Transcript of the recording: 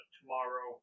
tomorrow